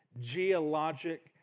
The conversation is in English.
geologic